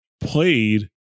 played